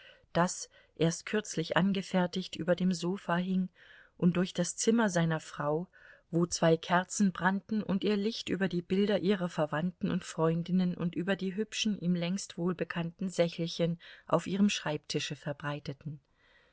das erst kürzlich angefertigt über dem sofa hing und durch das zimmer seiner frau wo zwei kerzen brannten und ihr licht über die bilder ihrer verwandten und freundinnen und über die hübschen ihm längst wohlbekannten sächelchen auf ihrem schreibtische verbreiteten